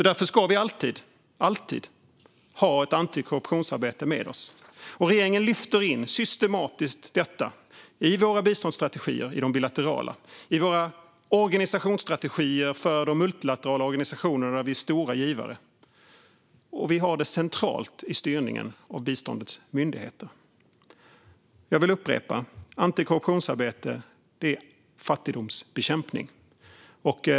Därför ska vi alltid ha ett antikorruptionsarbete med oss. Regeringen lyfter systematiskt in detta i våra bilaterala biståndsstrategier liksom i våra organisationsstrategier för de multilaterala organisationer där vi är stora givare. Vi har det centralt i styrningen av biståndets myndigheter. Jag vill upprepa: Antikorruptionsarbete är fattigdomsbekämpning.